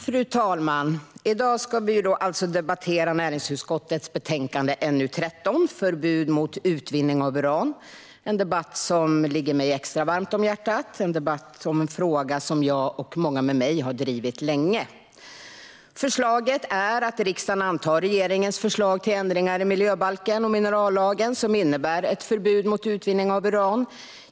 Fru talman! I dag debatterar vi näringsutskottets betänkande NU13 Förbud mot utvinning av uran - en debatt som ligger mig extra varmt om hjärtat och en debatt om en fråga som jag och många med mig har drivit länge. Förslaget är att riksdagen ska anta regeringens förslag till ändringar i miljöbalken och minerallagen, som innebär ett förbud mot utvinning av uran.